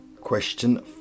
Question